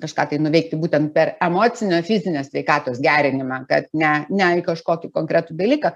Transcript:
kažką tai nuveikti būtent per emocinio fizinio sveikatos gerinimą kad ne ne į kažkokį konkretų dalyką